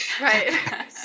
right